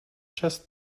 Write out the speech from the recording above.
chest